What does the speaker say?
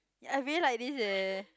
I really like this leh